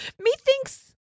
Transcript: Methinks